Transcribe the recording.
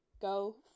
go